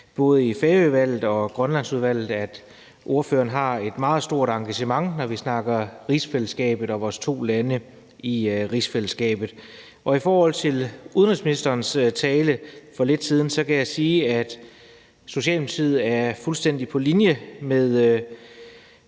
både Færøudvalget og Grønlandsudvalget, at ordføreren har et meget stort engagement, når vi snakker rigsfællesskabet og vores to lande i rigsfællesskabet. I forhold til udenrigsministerens tale for lidt siden kan jeg sige, at Socialdemokratiet er fuldstændig på linje med